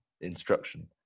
instruction